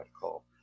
call